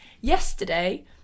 yesterday